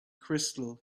crystal